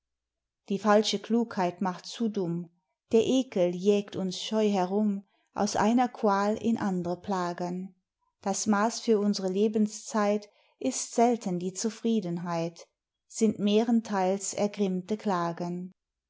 die falsche klugheit macht zu dumm der ekel jägt uns scheu herum aus einer qual in andre plagen das maß für unsre lebenszeit ist selten die zufriedenheit sind mehrentheils ergrimmte klagen